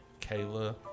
Kayla